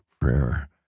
prayer